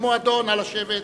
נא לשבת.